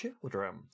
children